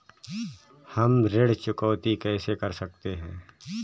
हम ऋण चुकौती कैसे कर सकते हैं?